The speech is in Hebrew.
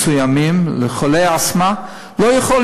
מסוימים שחולי אסתמה רגישים להם,